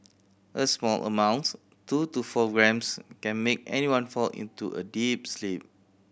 a small amounts two to four grams can make anyone fall into a deep sleep